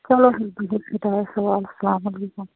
چلو حظ بِہِو خۄدایس حوال اَسَلام علیکُم